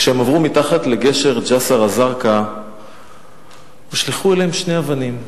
כשהם עברו מתחת לגשר ג'סר-א-זרקא הושלכו עליהם שתי אבנים.